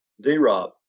D-Rob